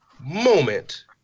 moment